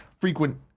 frequent